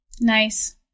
nice